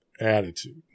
attitude